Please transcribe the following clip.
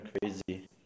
crazy